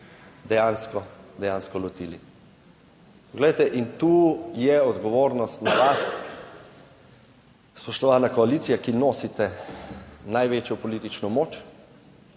dejansko lotili. Poglejte, in tu je odgovornost na vas, spoštovana koalicija, ki nosite največjo politično moč,